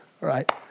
right